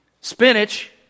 Spinach